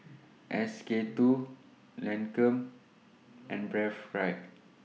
S K two Lancome and Breathe Right